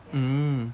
mm